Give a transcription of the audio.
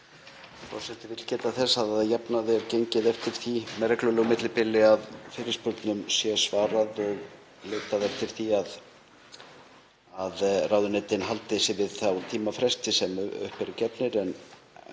að að jafnaði er gengið eftir því með reglulegu millibili að fyrirspurnum sé svarað og leitað eftir því að ráðuneytin haldi sig við þá tímafresti sem upp eru gefnir